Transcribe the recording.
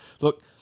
Look